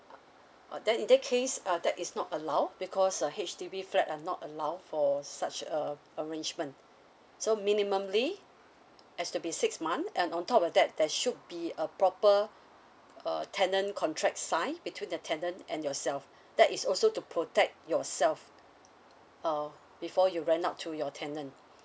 then in that case uh that is not allowed because a H_D_B flat are not allowed for such uh arrangement so minimumly it has to be six month and on top of that that should be a proper uh tenant contract signed between the tenant and yourself that is also to protect yourself uh before you rent out to your tenant